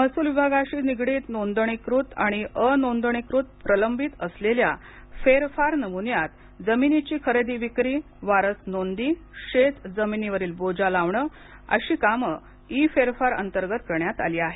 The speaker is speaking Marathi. महसूल विभागाशी निगडित नोंदणीकृत आणि अनोंदणीकृत प्रलंबित असलेल्या फेरफार नमुन्यात जमिनीची खरेदी विक्री वारस नोंदी शेत जमिनीवर बोजा लावणे अशी कामे इ फेरफार अंतर्गत करण्यात आली आहेत